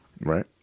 Right